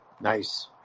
Nice